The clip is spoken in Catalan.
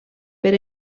per